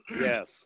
yes